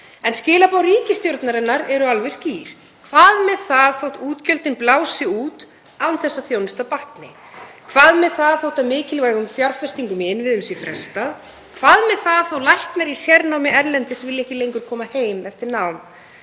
En skilaboð ríkisstjórnarinnar eru alveg skýr: Hvað með það þótt útgjöldin blási út án þess að þjónustan batni? Hvað með það þótt mikilvægum fjárfestingum í innviðum sé frestað? Hvað með það þó að læknar í sérnámi erlendis vilji ekki lengur koma heim eftir nám?